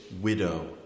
widow